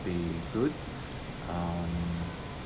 be good um